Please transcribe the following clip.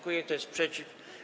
Kto jest przeciw?